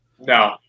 No